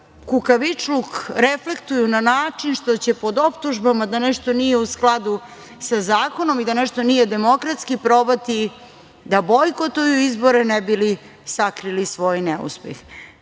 kukavičluk reflektuju na način što će pod optužbama da nešto nije u skladu sa zakonom i da nešto nije demokratski probati da bojkotuju izbore ne bi li sakrili svoj neuspeh. To